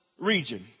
region